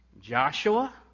Joshua